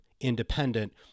independent